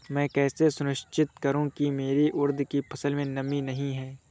मैं कैसे सुनिश्चित करूँ की मेरी उड़द की फसल में नमी नहीं है?